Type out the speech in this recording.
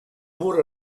more